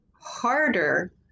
harder